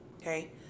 Okay